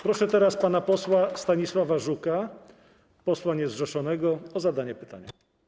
Proszę teraz pana posła Stanisława Żuka, posła niezrzeszonego, o zadanie pytania.